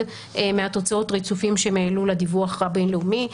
מתוצאות הריצופים שהם העלו לדיווח הבין לאומי.